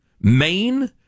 maine